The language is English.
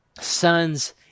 sons